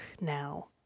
now